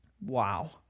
Wow